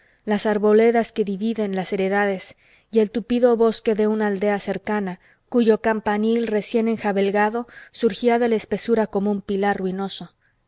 las arboledas que dividen las heredades y el tupido bosque de una aldea cercana cuyo campanil recién enjalbegado surgía de la espesura como un pilar ruinoso